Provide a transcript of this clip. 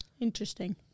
Interesting